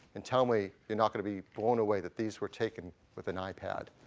and tell me you're not going to be blown away that these were taken with an ipad.